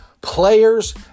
players